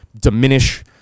diminish